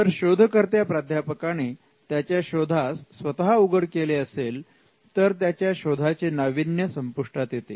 जर शोधकर्त्या प्राध्यापकाने त्याच्या शोधास स्वतः उघड केले असेल तर त्याच्या शोधाचे नाविन्य संपुष्टात येते